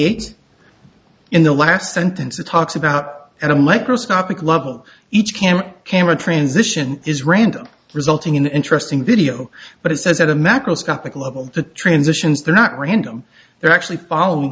eight in the last sentence it talks about and a microscopic level each camera camera transition is random resulting in interesting video but it says at a macroscopic level the transitions they're not random they're actually following